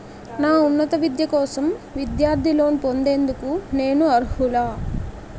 నా ఉన్నత విద్య కోసం విద్యార్థి లోన్ పొందేందుకు నేను అర్హులా?